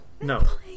No